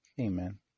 Amen